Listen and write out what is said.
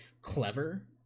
clever